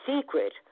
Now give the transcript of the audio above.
secret